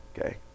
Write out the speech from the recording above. okay